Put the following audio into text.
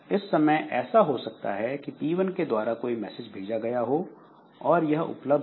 इस समय ऐसा हो सकता है कि P1 के द्वारा कोई मैसेज भेजा गया हो और यह उपलब्ध हो